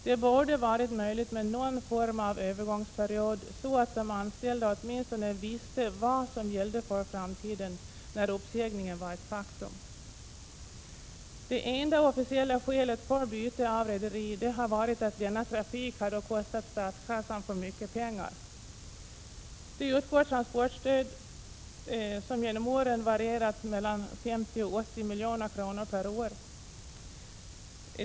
Det borde varit möjligt med någon form av övergångsperiod så att de anställda åtminstone visste vad som gällde för framtiden, när uppsägningen var ett faktum. Det enda officiella skälet för byte av rederi har varit att denna trafik kostat statskassan för mycket pengar. Det utgår transportstöd till ett belopp som varierat mellan 50 och 80 milj.kr. per år.